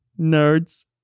Nerds